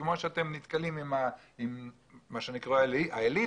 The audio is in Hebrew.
כפי שאתם נתקלים עם אלה שאני קורא להם האליטות,